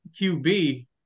QB